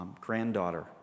granddaughter